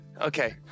Okay